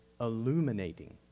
illuminating